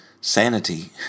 sanity